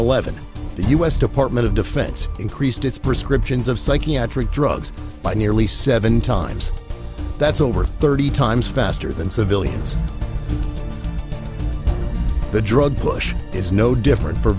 department of defense increased its prescriptions of psychiatric drugs by nearly seven times that's over thirty times faster than civilians the drug push is no different for